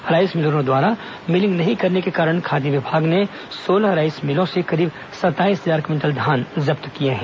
rice मिलरों द्वारा milling नहीं करने के कारण खाद्य विभाग ने सोलह राईस मिलों से करीब सत्ताईस हजार क्विंटल धान जब्त किए हैं